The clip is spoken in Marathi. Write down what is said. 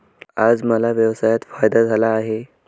आज मला व्यवसायात फायदा झाला आहे